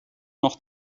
noch